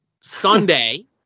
Sunday